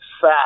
fat